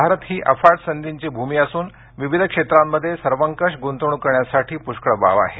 भारत ही अफाट संधीची भूमी असून विविध क्षेत्रांमध्ये सर्वंकष गुंतवणूक करण्यासाठी पुष्कळ वाव आहे